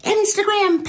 Instagram